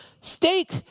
steak